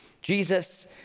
Jesus